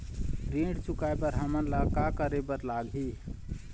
ऋण चुकाए बर हमन ला का करे बर लगही?